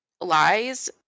lies